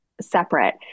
separate